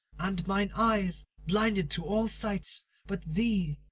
and mine eyes blinded to all sights but thee,